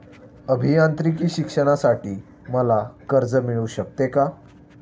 अभियांत्रिकी शिक्षणासाठी मला कर्ज मिळू शकते का?